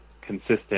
consistent